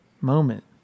moment